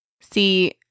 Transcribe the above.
See